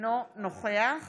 אינו נוכח